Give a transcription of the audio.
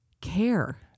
care